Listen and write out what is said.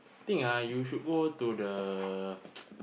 I think ah you should walk to the